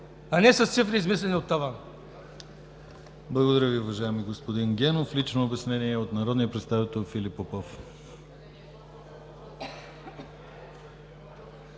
а не с цифри измислени от тавана.